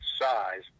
size